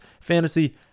fantasy